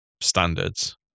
standards